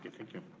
thank you.